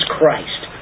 Christ